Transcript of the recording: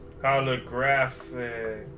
holographic